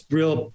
real